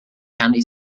candy